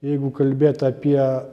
jeigu kalbėt apie